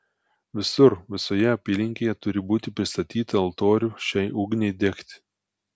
visur visoje apylinkėje turi būti pristatyta altorių šiai ugniai degti